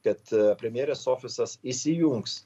kad premjerės ofisas įsijungs